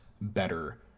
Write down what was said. better